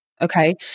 Okay